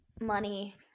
money